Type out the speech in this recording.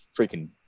freaking